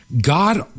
God